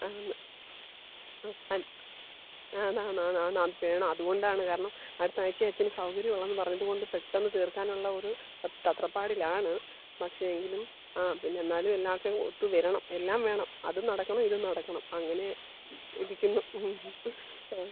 ആ ആ ആണ് ആണ് ആണ് ആണ് ആണ് അത് വേണം അതുകൊണ്ടാണ് കാരണം അടുത്ത ആഴ്ച്ചേത്തിൽ സൗകര്യം ഉള്ളൂ എന്ന് പറഞ്ഞത് കൊണ്ട് പെട്ടെന്ന് തീർക്കാനുള്ള ഒരു തത്രപ്പാടിലാണ് പക്ഷെ എങ്കിലും ആ പിന്നെ എന്നാലും എല്ലാം ഒക്കെ ഒത്ത് വരണം എല്ലാം വേണം അതും നടക്കണം ഇതും നടക്കണം അങ്ങനെ ഇരിക്കുന്നു ആ